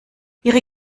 ihre